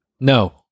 No